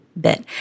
bit